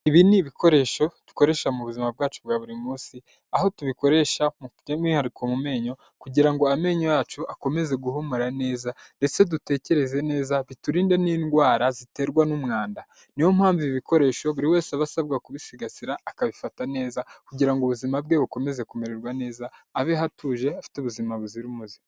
ibi ni ibikoresho dukoresha mu buzima bwacu bwa buri munsi, aho tubikoresha by' umwihariko mu menyo kugira ngo amenyo yacu akomeze guhumura neza ndetse dutekereze neza biturinde n'indwara ziterwa n'umwanda, niyo mpamvu ibi bikoresho buri wese aba asabwa kubisigasira akabifata neza kugira ngo ubuzima bwe bukomeze kumererwa neza abe atuje afite ubuzima buzira umuze.